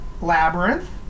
Labyrinth